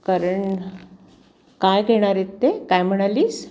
कारण काय घेणार आहेत ते काय म्हणालीस